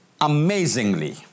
amazingly